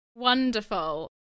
Wonderful